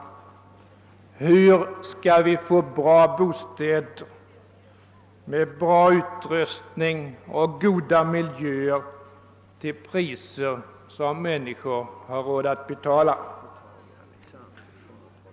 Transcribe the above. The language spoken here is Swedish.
Hur skall vi få bra bostäder med bra utrustning och goda miljöer till priser som människor har råd att betala?